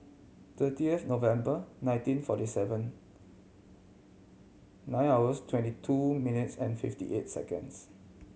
thirty of November nineteen forty seven nine hours twenty two minutes and fifty eight seconds